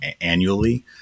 annually